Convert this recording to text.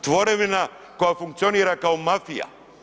Tvorevina koja funkcionira kao mafija.